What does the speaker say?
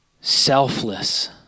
selfless